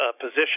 position